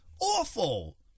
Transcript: Awful